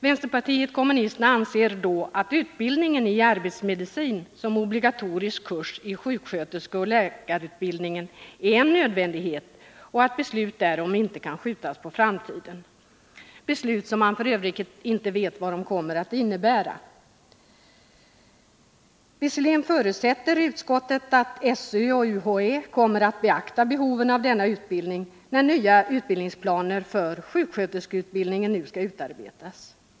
Vänsterpartiet kommunisterna anser att utbildningen när det gäller arbetsmedicin som obligatorisk kurs i sjuksköterskeoch läkarutbildningen är en nödvändighet och att beslut därom inte kan skjutas på framtiden — beslut som man f. ö. inte vet vad de kommer att innebära. Visserligen förutsätter utskottet att SÖ och UHÄ kommer att beakta dessa behov i samband med utarbetandet av nya utbildningsplaner för sjuksköterskeutbildningen.